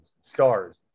stars